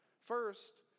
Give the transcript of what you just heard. First